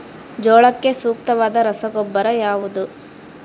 ಜೋಳಕ್ಕೆ ಸೂಕ್ತವಾದ ರಸಗೊಬ್ಬರ ಯಾವುದು?